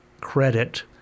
credit